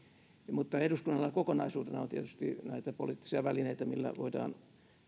mutta eduskunnalla kokonaisuutena on tietysti näitä poliittisia välineitä millä voidaan